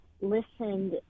listened